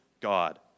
God